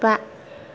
बा